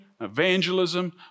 evangelism